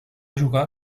jugar